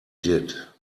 did